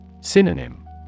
Synonym